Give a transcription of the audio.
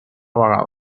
vegada